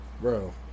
Bro